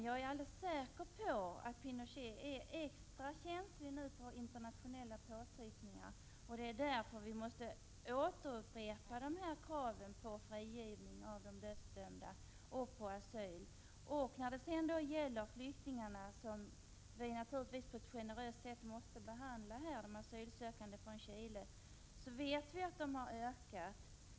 Jag är dock alldeles säker på att Pinochet just nu är extra känslig för internationella påtryckningar. Det är därför som vi nu måste återupprepa kraven på frigivning av de dödsdömda fångarna och på asyl. När det gäller flyktingarna — och här vill jag tillägga att vi naturligtvis måste behandla de asylsökande från Chile på ett generöst sätt — vet vi att dessa har ökat i antal.